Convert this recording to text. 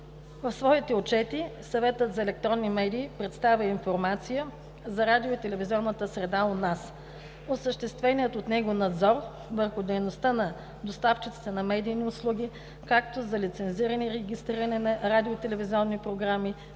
В своите отчети Съветът за електронни медии представя информация за: радио- и телевизионната среда у нас; осъществявания от него надзор върху дейността на доставчиците на медийни услуги; лицензиране и регистриране на радио- и телевизионни програми;